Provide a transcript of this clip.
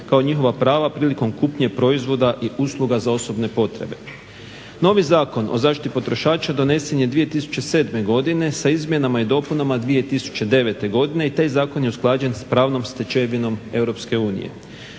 kao njihova prava prilikom kupnje proizvoda i usluga za osobne potrebe Novi Zakon o zaštiti potrošača donesen je 2007. godine sa izmjenama i dopunama 2009. godine i taj zakon je usklađen sa pravnom stečevinom